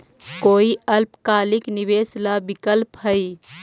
कोई अल्पकालिक निवेश ला विकल्प हई?